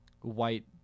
white